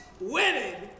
Winning